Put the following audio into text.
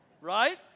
Right